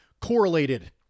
correlated